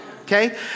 Okay